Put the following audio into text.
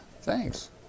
Thanks